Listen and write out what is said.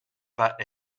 pas